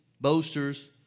boasters